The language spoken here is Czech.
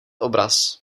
obraz